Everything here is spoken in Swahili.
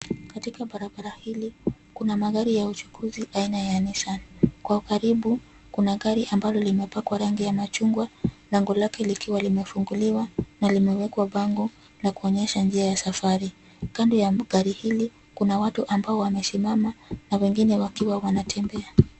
Katika barabara hili, kuna magari ya uchukuzi aina ya nisan. Kwa ukaribu kuna gari ambalo limepakwa gari ya machungwa, lango lake likiwalimefunguliwa na limewekwa bango lakuonyesha njia ya safari. Kando la bango hili, kuna watu ambao wamesimama na wengine wakiwa wanatembea.